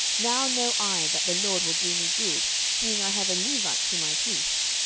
now know i that the lord will do me good, seeing i have a levite to my priest.